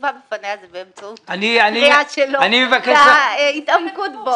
שמובא בפניה היא באמצעות קריאה שלו והתעמקות בו.